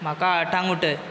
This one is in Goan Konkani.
म्हाका आठांक उठय